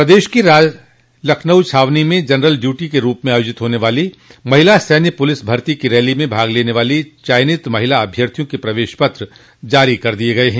प्रदेश की लखनऊ छावनी में जनरल ड्यूटी के रूप में आयोजित होने वाली महिला सैन्य पुलिस भर्ती की रैली में भाग लेनी वाली चयनित महिला अभ्यर्थियों क प्रवेश पत्र जारी कर दिये गये हैं